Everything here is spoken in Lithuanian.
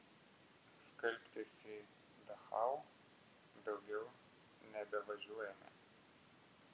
skalbtis į dachau daugiau nebevažiuojame